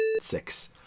six